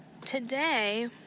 today